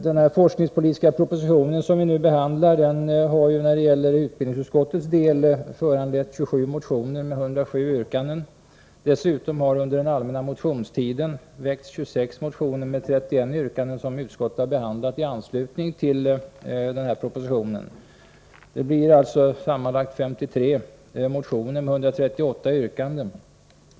Den forskningspolitiska proposition vi nu behandlar har för utbildningsutskottets del föranlett 27 motioner med 107 yrkanden. Dessutom har under den allmänna motionstiden väckts 26 motioner med 31 yrkanden som utskottet har behandlat i anslutning till denna proposition. Det blir alltså sammanlagt 53 motioner med 138 yrkanden.